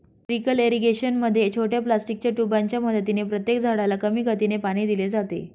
trickle irrigation मध्ये छोट्या प्लास्टिकच्या ट्यूबांच्या मदतीने प्रत्येक झाडाला कमी गतीने पाणी दिले जाते